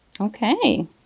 Okay